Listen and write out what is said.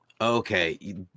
Okay